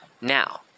Now